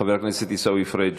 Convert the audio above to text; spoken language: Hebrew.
חבר הכנסת עיסאווי פריג'.